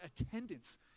attendance